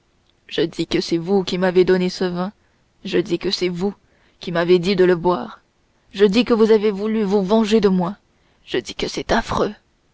je dis que c'est vous qui m'avez donné ce vin je dis que c'est vous qui m'avez dit de le boire je dis que vous avez voulu vous venger de moi je dis que c'est affreux